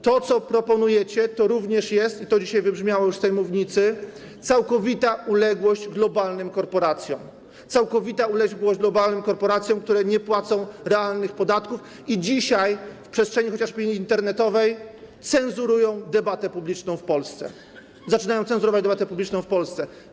To, co proponujecie, to również jest - i to dzisiaj wybrzmiało już z tej mównicy - całkowita uległość wobec globalnych korporacji, które nie płacą realnych podatków i dzisiaj w przestrzeni chociażby internetowej cenzurują debatę publiczną w Polsce, zaczynają cenzurować debatę publiczną w Polsce.